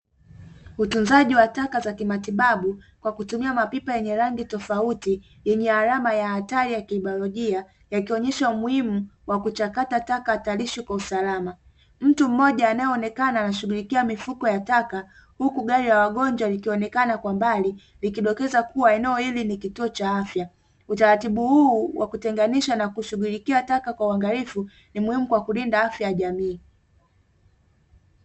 Utunzaji wa taka za kimatibabu kwa kutumia mapipa yenye rangi tofauti yenye rangi tofauti yenye alama ya hatari ya kibailojia yakionyesha umuhimu wa kuchakata taka hatarishi kwa usalama; Mtu mmoja anayeonekana anashughulikia mifuko ya taka huku gari la wagonjwa likionekana kwa mbali likidokeza kuwa eneo hili ni kituo cha afya, utaratibu huu wa kutenganisha na kushughulikia taka kwa uangalifu ni muhimu kwa kulinda afya ya jamii.